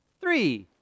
three